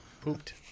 Pooped